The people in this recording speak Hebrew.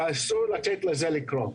ואסור לתת לזה לקרות.